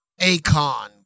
Akon